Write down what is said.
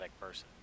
person